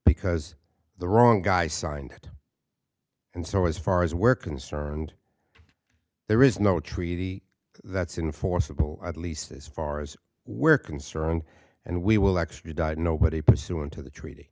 because the wrong guy signed it and so as far as we're concerned there is no treaty that's in forcible at least as far as we're concerned and we will extradite nobody pursuant to the treaty